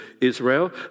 Israel